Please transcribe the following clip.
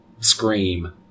scream